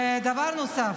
דבר נוסף,